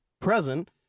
present